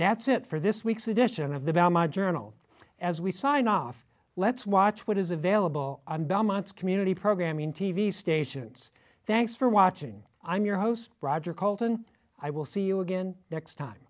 that's it for this week's edition of the journal as we sign off let's watch what is available on belmont's community programming t v stations thanks for watching i'm your host roger colton i will see you again next time